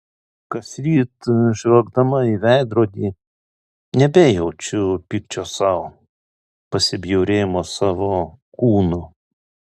kasryt žvelgdama į veidrodį nebejaučiu pykčio sau pasibjaurėjimo savo kūnu